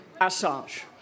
Assange